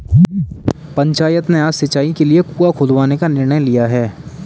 पंचायत ने आज सिंचाई के लिए कुआं खुदवाने का निर्णय लिया है